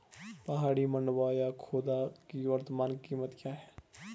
पहाड़ी मंडुवा या खोदा की वर्तमान कीमत क्या है?